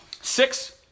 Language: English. six